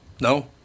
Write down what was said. No